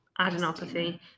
adenopathy